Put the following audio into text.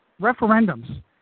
referendums